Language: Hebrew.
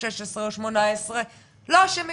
16, או 18 לא אשמים